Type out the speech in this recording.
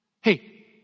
Hey